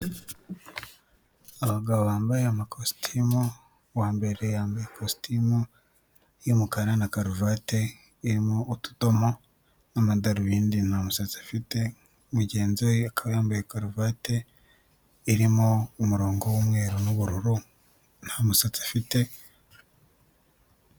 Abagabo bambaye amakositimu uwa mbere yambaye ikositimu y'umukara na karuvati irimo utudomo n'amadarubindi nta musatsi afite, mugenzi we yambaye karuvati irimo umurongo w'umweru n'ubururu nta musatsi afite.